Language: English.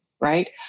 right